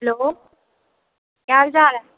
hello केह् हाल चाल ऐ